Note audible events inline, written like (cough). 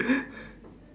(laughs)